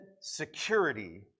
security